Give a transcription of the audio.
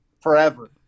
forever